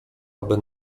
aby